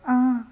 ah